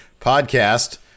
podcast